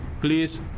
please